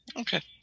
Okay